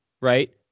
right